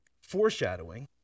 foreshadowing